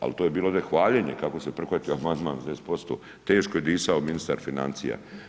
Ali to je bilo onda hvaljenje kako se prihvatio amandman ... teško je disao ministar financija.